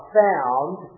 found